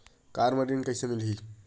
Car म ऋण कइसे मिलही?